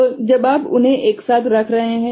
तो जब आप उन्हें एक साथ रख रहे हैं